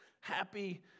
happy